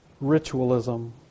Ritualism